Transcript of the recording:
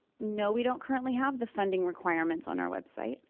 no we don't currently have the funding requirements on our website.